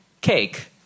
Cake